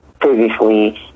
previously